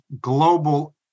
global